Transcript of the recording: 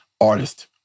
artist